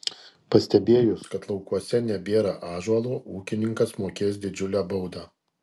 pastebėjus kad laukuose nebėra ąžuolo ūkininkas mokės didžiulę baudą